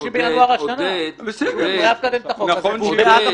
שהוא בעד החוק הזה.